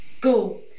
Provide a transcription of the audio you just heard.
Go